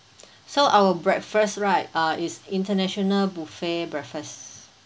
so our breakfast right uh is international buffet breakfast